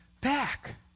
back